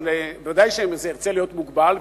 אבל ודאי שזה צריך להיות מוגבל,